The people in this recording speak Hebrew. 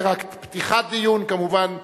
זו רק פתיחת דיון, כמובן.